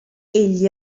egli